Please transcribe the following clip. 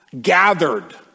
gathered